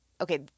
okay